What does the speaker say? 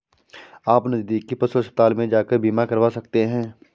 आप नज़दीकी पशु अस्पताल में जाकर बीमा करवा सकते है